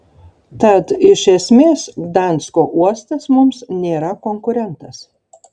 tad iš esmės gdansko uostas mums nėra konkurentas